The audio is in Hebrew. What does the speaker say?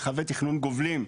מרחבי תכנון גובלים,